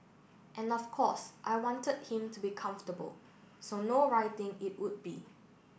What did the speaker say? and of course I wanted him to be comfortable so no writing it would be